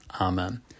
Amen